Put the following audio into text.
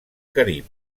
carib